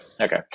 Okay